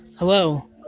Hello